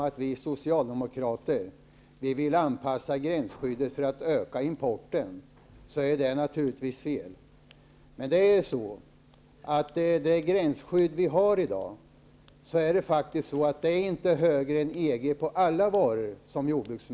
Att vi socialdemokrater vill anpassa gränsskyddet för att kunna öka importen, som Karl Erik Olsson säger, är helt fel. Som jordbruksministern sade är inte nuvarande gränsskydd högre på alla varor jämfört med EG:s.